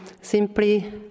simply